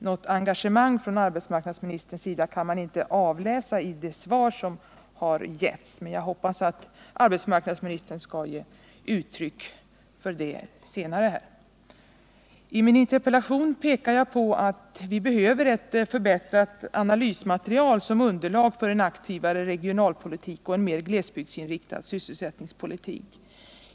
Något engagemang från arbetsmarknadsministerns sida kan man inte avläsa i det svar som har getts, men jag hoppas att arbetsmarknadsministern skall ge uttryck för det senare. I min interpellation pekar jag på att vi behöver ett förbättrat analysmaterial som underlag för en aktiv regionalpolitik och en mer glesbygdsinrättad sysselsättningspolitik.